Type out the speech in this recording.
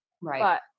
Right